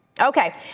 Okay